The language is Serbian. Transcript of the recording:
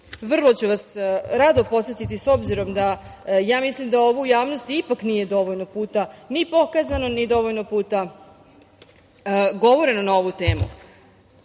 vrlo ću vas rado podsetiti obzirom da mislim da ovo u javnosti ipak nije dovoljno puta ni pokazano, ni dovoljno puta govoreno na ovu temu.